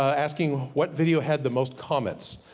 asking what video had the most comments.